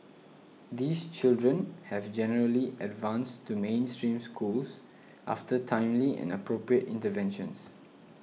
these children have generally advanced to mainstream schools after timely and appropriate intervention